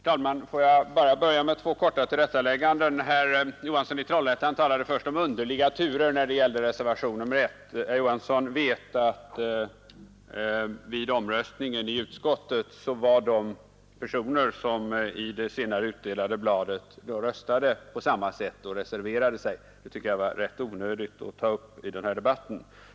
Herr talman! Får jag börja med två korta tillrättalägganden. Herr Johansson i Trollhättan talade först om underliga turer när det gällde reservationen 1. Herr Johansson vet att vid omröstningen i utskottet de personer var närvarande som är upptagna i det senare utdelade bladet; de röstade på samma sätt och reserverade sig. Jag tycker att det var rätt onödigt att ta upp det i den här debatten.